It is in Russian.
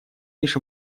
лишь